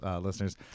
listeners